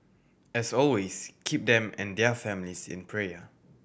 as always keep them and their families in prayer